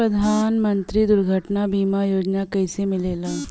प्रधानमंत्री दुर्घटना बीमा योजना कैसे मिलेला?